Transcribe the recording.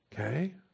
Okay